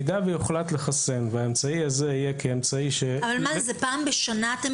זה פעם בשנה?